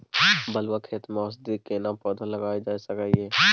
बलुआ खेत में औषधीय केना पौधा लगायल जा सकै ये?